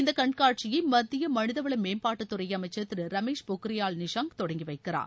இந்த கண்காட்சியை மத்திய மனித வள மேம்பாட்டுத்துறை அமைச்சர் திரு ரமேஷ் பொக்ரியால் நிஷாங் தொடங்கி வைக்கிறார்